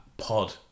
Pod